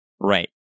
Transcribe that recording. Right